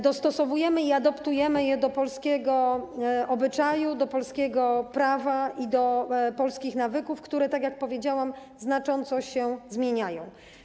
Dostosowujemy i adoptujemy je do polskich obyczajów, polskiego prawa i polskich nawyków, które - tak jak powiedziałam - znacząco się zmieniają.